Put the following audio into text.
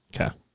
Okay